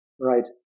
right